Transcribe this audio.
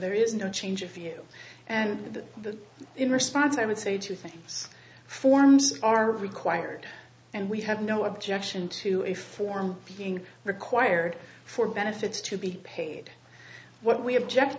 there is no change of you and the response i would say two things forms are required and we have no objection to a form being required for benefits to be paid what we object